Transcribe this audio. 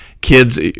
Kids